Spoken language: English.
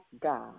God